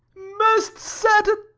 most certain.